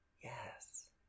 yes